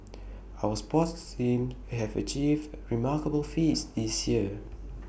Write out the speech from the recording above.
our sports teams have achieved remarkable feats this year